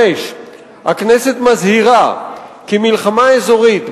5. הכנסת מזהירה כי מלחמה אזורית,